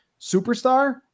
superstar